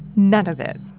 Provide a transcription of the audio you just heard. none of it